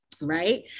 Right